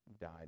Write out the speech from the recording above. died